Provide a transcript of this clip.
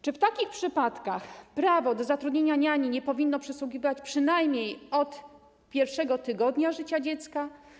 Czy w takich przypadkach prawo do zatrudnienia niani nie powinno przysługiwać przynajmniej od pierwszego tygodnia życia dziecka?